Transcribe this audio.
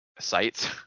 sites